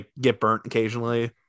get-burnt-occasionally